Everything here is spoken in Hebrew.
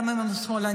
גם אם הם שמאלנים,